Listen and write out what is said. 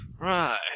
Right